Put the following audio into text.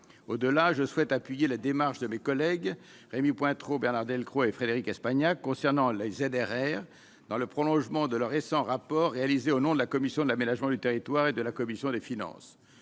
au-delà, je souhaite appuyer la démarche de mes collègues, Rémy Pointereau : Bernard Delcros et Frédérique Espagnac concernant les ZRR, dans le prolongement de leur récent rapport réalisé au nom de la commission de l'aménagement du territoire et de la commission des finances,